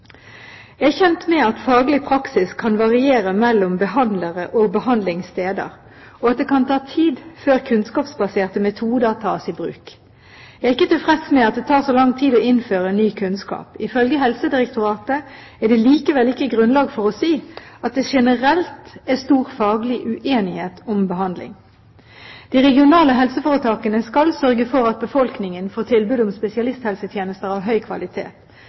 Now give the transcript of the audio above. Jeg er kjent med at faglig praksis kan variere mellom behandlere og behandlingssteder, og at det kan ta tid før kunnskapsbaserte metoder tas i bruk. Jeg er ikke tilfreds med at det tar så lang tid å innføre ny kunnskap. Ifølge Helsedirektoratet er det likevel ikke grunnlag for å si at det generelt er stor faglig uenighet om behandling. De regionale helseforetakene skal sørge for at befolkningen får tilbud om spesialisthelsetjenester av høy kvalitet.